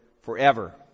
forever